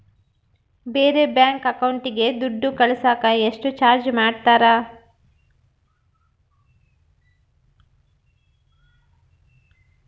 ಬೇರೆ ಬ್ಯಾಂಕ್ ಅಕೌಂಟಿಗೆ ದುಡ್ಡು ಕಳಸಾಕ ಎಷ್ಟು ಚಾರ್ಜ್ ಮಾಡತಾರ?